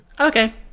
Okay